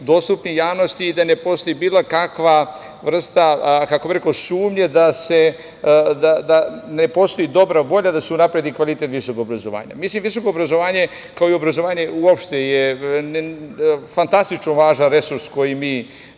dostupni javnosti i da ne postoji bilo kakva vrsta sumnje da ne postoji dobra volja da se unapredi kvalitet visokog obrazovanja. Visoko obrazovanje, kao i obrazovanje uopšte, je fantastično važan resurs koji mi